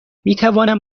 میتوانم